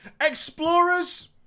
explorers